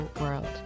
world